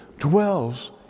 dwells